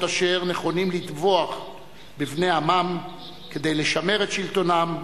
אשר נכונים לטבוח בבני עמם כדי לשמר את שלטונם,